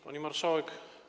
Pani Marszałek!